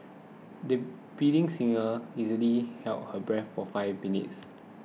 the budding singer easily held her breath for five minutes